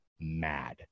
mad